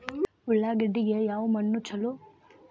ಉಳ್ಳಾಗಡ್ಡಿಗೆ ಯಾವ ಮಣ್ಣು ಛಲೋ?